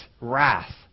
wrath